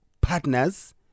partners